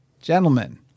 gentlemen